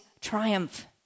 triumph